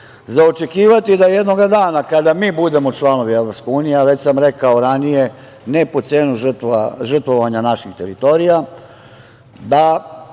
očekivati je da jedanog dana kada mi budemo članovi EU, a već sam rekao ranije, ne po cenu žrtvovanja naših teritorija da